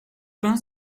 pain